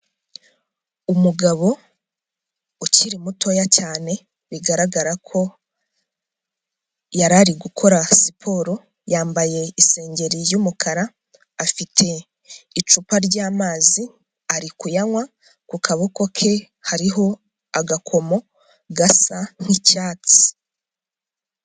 Umugabo ukiri mutoya cyane, bigaragara ko yari ari gukora siporo, yambaye isengeri y'umukara, afite icupa ry'amazi ari kuyanywa ku kaboko ke hariho agakomo gasa nk'icyatsi.